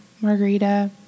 margarita